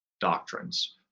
doctrines